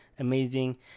Amazing